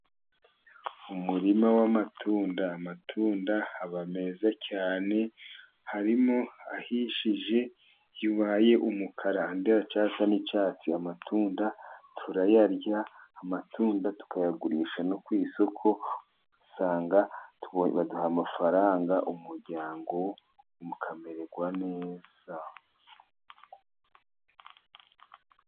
Umurima w'amatunda, amatunda aba meza cyane, harimo ahishije yabaye umukara andi aracyasa n'icyatsi, amatunda turayarya amatunda tukayagurisha no ku isoko, ugasanga baduha amafaranga umuryango ukamererwa neza.